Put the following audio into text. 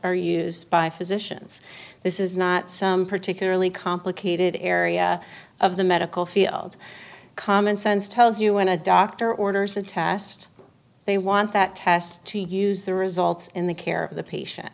are used by physicians this is not some particularly complicated area of the medical field common sense tells you when a doctor orders a test they want that test to use the results in the care of the patient